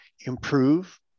improve